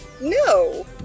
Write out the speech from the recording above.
No